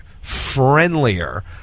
friendlier